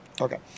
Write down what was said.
Okay